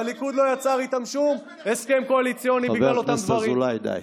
והליכוד לא יצר איתם שום הסכם קואליציוני בגלל אותם דברים.